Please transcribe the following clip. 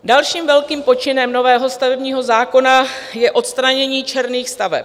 Dalším velkým počinem nového stavebního zákona je odstranění černých staveb.